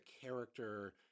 character